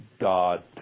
God